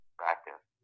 practice